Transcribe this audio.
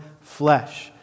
flesh